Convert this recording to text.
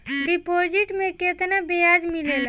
Deposit मे केतना बयाज मिलेला?